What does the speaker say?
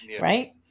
right